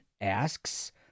asks